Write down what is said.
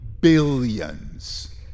billions